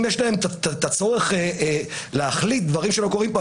אם יש להם צורך להחליט דברים שלא קורים פה,